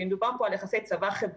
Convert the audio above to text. ואם דובר פה על יחסי צבא-חברה,